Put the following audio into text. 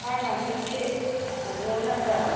ꯐꯥꯔꯃꯥꯁꯤꯒꯤ ꯑꯕꯨꯡꯉꯣ ꯅꯠꯇ꯭ꯔꯣ